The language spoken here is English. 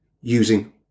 using